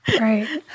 Right